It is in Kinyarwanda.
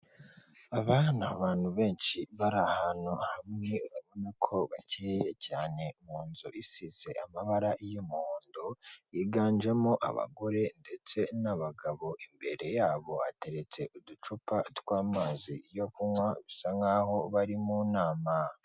Aba ni abantu benshi bari ahantu hamwe urabona ko bakeya cyane mu nzu isize amabara y'umuhondo, biganjemo abagore ndetse n'abagabo. Imbere yabo hateretse uducupa tw'amazi yo kunywa, bisa nk'aho bari mu nama.